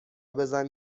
بزن